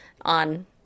on